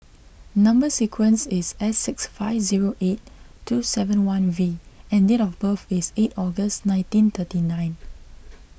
Number Sequence is S six five zero eight two seven V and date of birth is eight August nineteen thirty nine